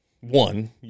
one